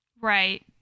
Right